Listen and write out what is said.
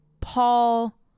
Paul